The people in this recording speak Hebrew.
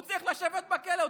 הוא צריך לשבת בכלא.